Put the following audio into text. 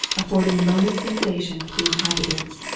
affording a moment's sensation to the in habitants,